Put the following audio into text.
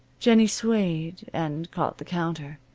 jennie swayed, and caught the counter.